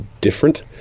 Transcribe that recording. different